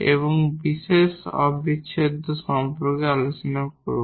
এবং particular integral সম্পর্কে আলোচনা করব